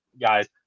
guys